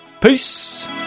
Peace